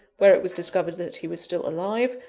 where it was discovered that he was still alive,